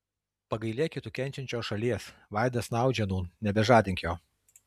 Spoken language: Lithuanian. pagailėki tu kenčiančios šalies vaidas snaudžia nūn nebežadink jo